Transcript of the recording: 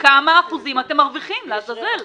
כמה אחוזים אתם מרוויחים לעזאזל?